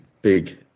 big